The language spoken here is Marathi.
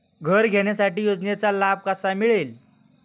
घर घेण्यासाठी योजनेचा लाभ कसा मिळेल?